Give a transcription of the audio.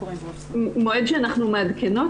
מועד שאנחנו מעדכנות?